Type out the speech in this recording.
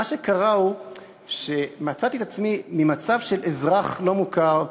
מה שקרה הוא שמצאתי את עצמי ממצב של אזרח לא מוכר,